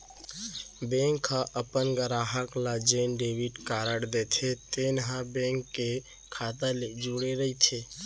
bank ह अपन गराहक ल जेन डेबिट कारड देथे तेन ह बेंक के खाता ले जुड़े रइथे